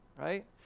right